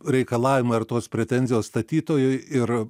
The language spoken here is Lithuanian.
reikalavimai ar tos pretenzijos statytojui ir